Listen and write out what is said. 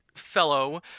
Fellow